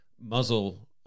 muzzle